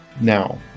now